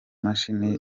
mashini